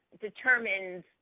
determines